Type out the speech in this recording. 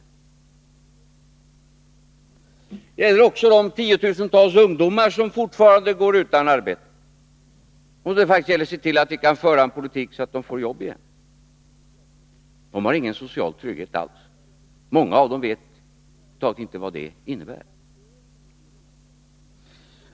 Debatten handlar också om de 10 000-tals ungdomar som fortfarande går utan arbete. Det gäller för oss att föra en politik som gör att de kan få ett jobb. De har nämligen ingen social trygghet alls. Många av dem vet över huvud taget inte vad det innebär.